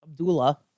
Abdullah